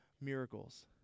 miracles